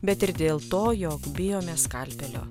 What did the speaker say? bet ir dėl to jog bijome skalpelio